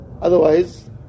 Otherwise